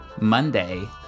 Monday